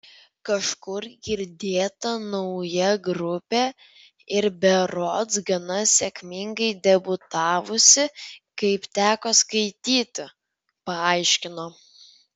kažkur girdėta nauja grupė ir berods gana sėkmingai debiutavusi kaip teko skaityti paaiškino